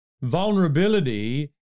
Vulnerability